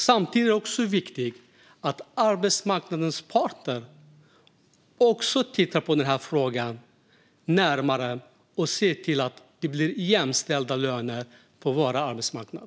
Samtidigt är det viktigt att arbetsmarknadens parter också tittar närmare på denna fråga och ser till att det blir jämställda löner på vår arbetsmarknad.